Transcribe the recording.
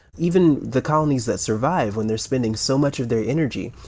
even the colonies that survive, when they're spending so much of their energy,